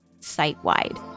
site-wide